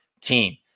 team